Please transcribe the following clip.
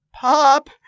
Pop